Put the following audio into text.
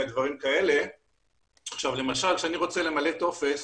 כשאני רוצה למלא טופס